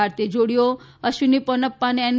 ભારતીય જોડીઓ અશ્વિની પોનપ્પા અને એન